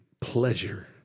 pleasure